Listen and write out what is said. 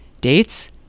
Dates